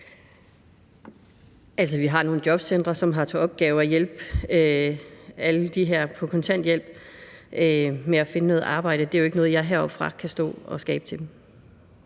vi har nogle jobcentre, som har til opgave at hjælpe alle dem her på kontanthjælp med at finde noget arbejde. Det er jo ikke noget, jeg heroppefra kan stå og skabe til dem.